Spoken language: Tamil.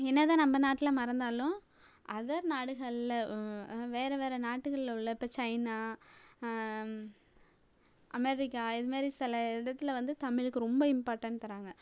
என்ன தான் நம்ம நாட்டில மறந்தாலும் அதர் நாடுகள்ல வேற வேற நாட்டுகள்ல உள்ள இப்போ சைனா அமெரிக்கா இது மாதிரி சில இடத்தில் வந்து தமிழுக்கு ரொம்ப இம்பார்டன்ட் தர்றாங்க